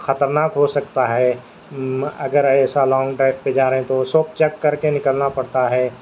خطرناک ہو سکتا ہے اگر ایسا لانگ ڈرائیو پہ جا رہے ہیں تو اس وقت چیک کر کے نکلنا پڑتا ہے